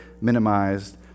minimized